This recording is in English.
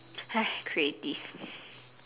high creative